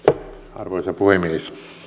arvoisa puhemies